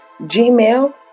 Gmail